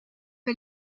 que